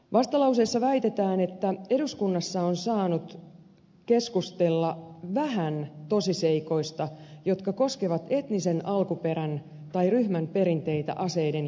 vastalauseessa väitetään että eduskunnassa on saanut keskustella vähän tosiseikoista jotka koskevat etnisen alkuperän tai ryhmän perinteitä aseiden käytössä